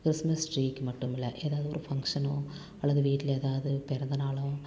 Christmas ட்ரீக்கு மட்டுமில்லை ஏதாவது ஒரு ஃபங்ஷனோ அல்லது வீட்டில ஏதாவது பிறந்தநாளோ